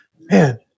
man